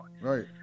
Right